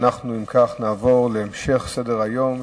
אם כך, אנחנו נעבור להמשך סדר-היום.